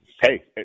Hey